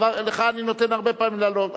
לך אני נותן הרבה פעמים לעלות.